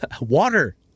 Water